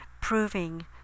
proving